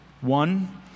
One